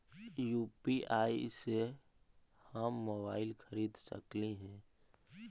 UPI से हम mobile खरिद सकलिऐ है